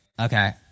okay